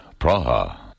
Praha